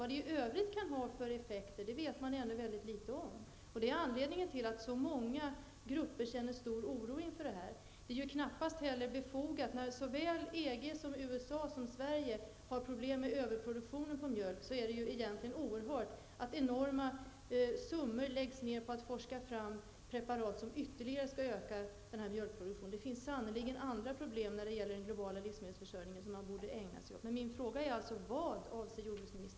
Vilka effekter det i övrigt kan ha vet man ännu väldigt litet om, och det är anledningen till att så många grupper känner stor oro. En ökning av mjölkproduktionen är knappast befogad. När såväl EG och Sverige som USA har problem med överproduktion av mjölk, är det egentligen oerhört att enorma summor läggs ned på att forska fram preparat som ytterligare skall öka mjölkproduktionen. Det finns sannerligen andra problem när det gäller den globala livsmedelsförsörjningen som man borde ägna sig åt.